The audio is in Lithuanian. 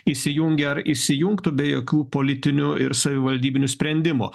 įsijungia ar įsijungtų be jokių politinių ir savivaldybinių sprendimų